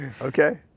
Okay